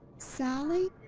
sally?